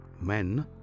men